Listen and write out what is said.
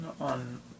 on